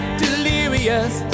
delirious